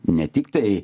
ne tiktai